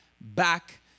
back